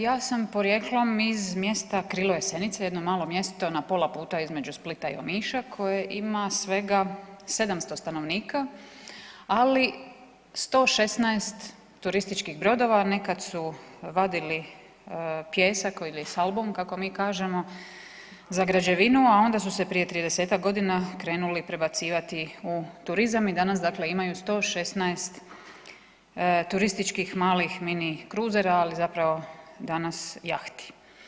Ja sam porijeklom iz mjesta Krilo Jesenice, jedno malo mjesto na puta između Splita i Omiša koje ima svega 700 stanovnika ali 116 turističkih brodova, nekad su vadili pijesak ili salbun kako mi kažemo za građevinu a onda su se prije 30-ak godina krenuli prebacivati u turizam i danas dakle imaju 116 turističkih mali mini kruzera ali zapravo danas jahti.